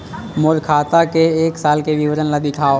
मोर खाता के एक साल के विवरण ल दिखाव?